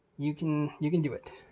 you can, you can do it.